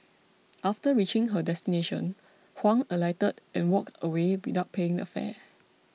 after reaching her destination Huang alighted and walked away without paying the fare